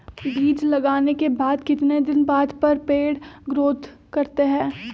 बीज लगाने के बाद कितने दिन बाद पर पेड़ ग्रोथ करते हैं?